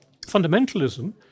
Fundamentalism